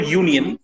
union